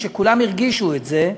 וכולם הרגישו את זה,